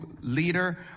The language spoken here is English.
leader